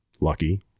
Lucky